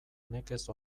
nekez